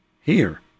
Here